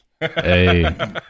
Hey